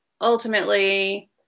ultimately